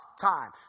time